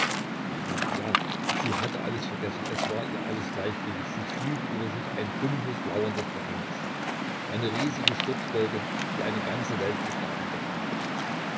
ja sie hatte alles vergessen es war ihr alles gleichgültig sie fühlte über sich ein dumpfes lauerndes verhängnis eine riesige sturzwolke die eine ganze welt begraben wollte